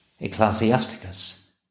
Ecclesiasticus